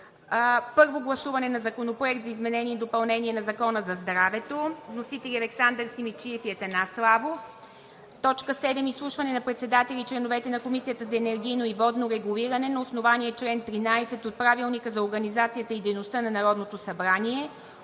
Първо гласуване на Законопроекта за изменение и допълнение на Закона за здравето. Вносители – Александър Симидчиев и Атанас Славов. 7. Изслушване на председателя и членовете на Комисията за енергийно и водно регулиране на основание чл. 113 от Правилника за организацията и дейността на Народното събрание,